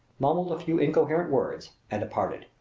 mumbled a few incoherent words and departed.